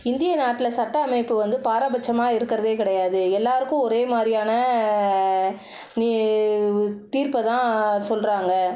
இந்திய நாட்டில சட்ட அமைப்பு வந்து பாரபட்சமாக இருக்கிறதே கிடையாது எல்லாருக்கும் ஒரே மாதிரியான தீர்ப்பை தான் சொல்கிறாங்க